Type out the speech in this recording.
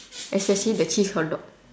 especially the cheese hotdog